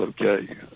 okay